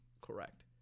correct